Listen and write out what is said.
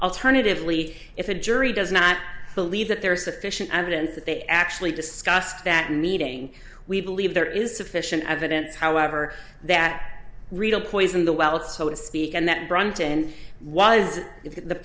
alternatively if a jury does not believe that there is sufficient evidence that they actually discussed that meeting we believe there is sufficient evidence however that riedel poisoned the well it so to speak and that